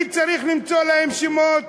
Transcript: אני צריך למצוא להם שמות.